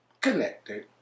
connected